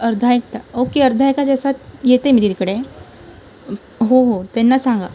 अर्धा एक तास ओके अर्ध्या एका तासात येते मी तिकडे हो हो त्यांना सांगा